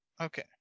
okay